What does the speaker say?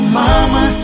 mama